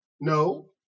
No